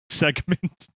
segment